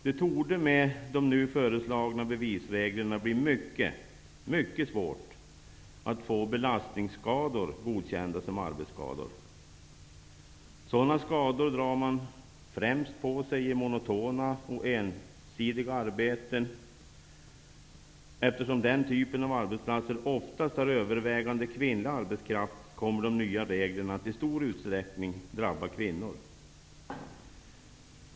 Det torde med de nu föreslagna bevisreglerna bli mycket svårt att få belastningsskador godkända som arbetsskador. Sådana skador drar man främst på sig i monotona och ensidiga arbeten. Eftersom den typen av arbetsplatser oftast har övervägande kvinnlig arbetskraft kommer de nya reglerna att i stor utsträckning drabba kvinnor.